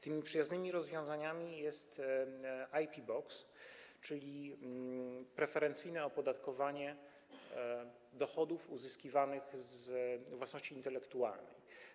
Tym przyjaznym rozwiązaniem jest IP Box, czyli preferencyjne opodatkowanie dochodów uzyskiwanych z własności intelektualnych.